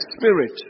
spirit